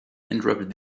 interrupted